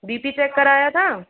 B P check कराया था